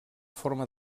forma